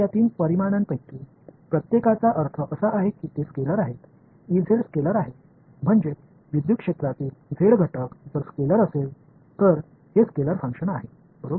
आता या तीन परिमाणांपैकी प्रत्येकाचा अर्थ असा आहे की ते स्केलर आहेत स्केलर आहे म्हणजे विद्युत क्षेत्रातील झेड घटक जर स्केलर असेल तर हे स्केलर फंक्शन आहे बरोबर